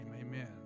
amen